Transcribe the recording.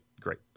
great